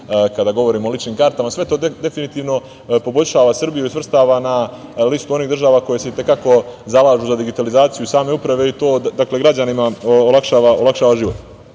kada govorimo o ličnim kartama, sve to definitivno poboljšava Srbiju i svrstava na listu onih država koje se i te kako zalažu za digitalizaciju same uprave i to dakle građanima olakšava život.